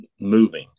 moving